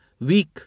weak